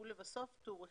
טור ה'